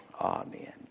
Amen